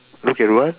look at what